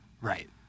Right